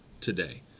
today